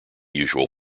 usual